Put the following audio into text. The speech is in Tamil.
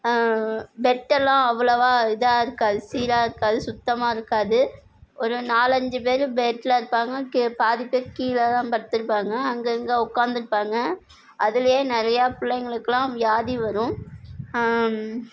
பெட்டெல்லாம் அவ்வளோவாக இதாக இருக்காது சீராக இருக்காது சுத்தமாக இருக்காது ஒரு நாலஞ்சு பேரு பெட்டில் இருப்பாங்க கீ பாதி பேர் கீழேதான் படுத்திருப்பாங்க அங்கங்க உட்காந்து இருப்பாங்க அதில் நிறையா பிள்ளைங்களுக்குலாம் வியாதி வரும்